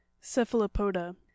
cephalopoda